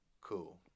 cool